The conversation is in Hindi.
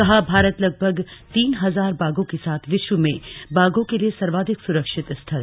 कहा भारत लगभग तीन हजार बाघों के साथ विश्व में बाघों के लिए सर्वाधिक सुरक्षित स्थल